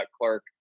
Clark